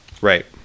Right